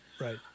right